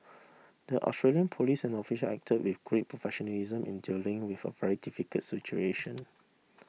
the Australian police and official acted with great professionalism in dealing with a very difficult situation